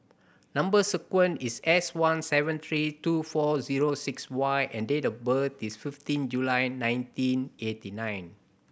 number sequence is S one seven three two four zero six Y and date of birth is fifteen July nineteen eighty nine